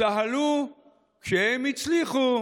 צהלו שהם הצליחו